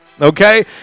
Okay